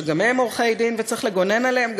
שגם הם עורכי-דין וצריך לגונן עליהם,